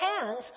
hands